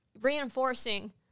Reinforcing